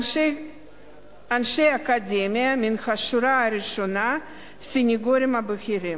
אנשי אקדמיה מהשורה הראשונה וסניגורים בכירים.